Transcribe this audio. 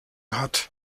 hat